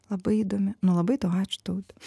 labai įdomi nuo labai tau ačiū taute